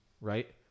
right